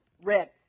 red